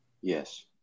Yes